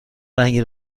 رنگی